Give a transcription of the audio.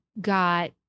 got